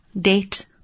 Date